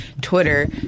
Twitter